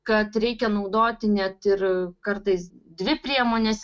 kad reikia naudoti net ir kartais dvi priemones